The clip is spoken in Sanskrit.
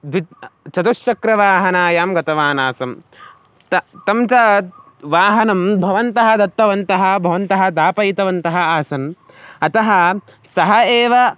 द्वि चतुश्चक्रवाहनायां गतवान् आसम् त तं च वाहनं भवन्तः दत्तवन्तः भवन्तः दापयितवन्तः आसन् अतः सः एव